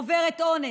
עוברת אונס.